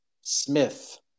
Smith